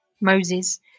Moses